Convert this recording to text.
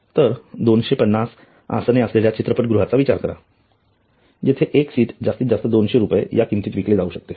तर 250 आसने असलेल्या चित्रपटगृहाचा विचार करा जिथे एक सीट जास्तीत जास्त 200 रुपये या किंमतीत विकले जाऊ शकते